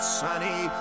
sunny